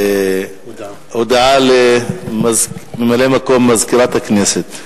הודעה לממלא-מקום מזכירת הכנסת.